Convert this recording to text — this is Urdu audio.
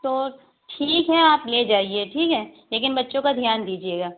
تو ٹھیک ہے آپ لے جائیے ٹھیک ہے لیکن بچوں کا دھیان دیجیے گا